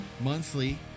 monthly